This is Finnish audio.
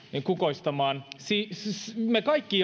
kukoistamaan me kaikki